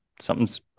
something's